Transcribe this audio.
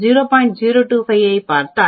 025 ஐப் பார்த்தால் 1